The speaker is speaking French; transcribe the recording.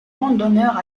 randonneurs